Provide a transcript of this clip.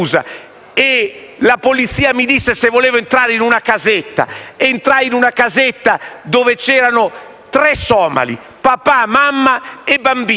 la polizia mi chiese se volevo entrare in una casetta. Entrai in una casetta dove c'erano tre somali: papà, mamma e una bambina.